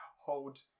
hold